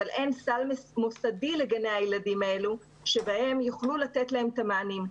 אבל אין סל מוסדי לגני הילדים האלו שבהם יוכלו לתת להם את המענים.